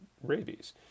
rabies